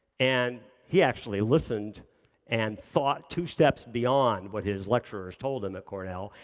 and he actually listened and thought two steps beyond what his lecturers told him at cornell,